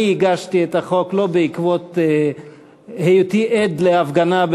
אני הגשתי את החוק בעקבות היותי עד להפגנה,